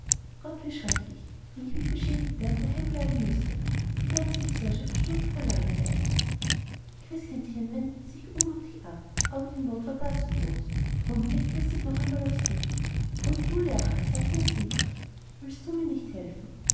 gott wie schrecklich wenn ich mich beschädigte und daheim bleiben müßte die ganze gesellschaft stürbe vor langeweile christkindchen wendete sich unmutig weg aber die not war gar zu groß darum legte es sich noch einmal aufs bitten und du lerche sagte es liebreich willst du mir nicht helfen